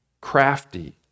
crafty